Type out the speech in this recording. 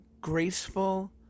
graceful